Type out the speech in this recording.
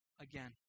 again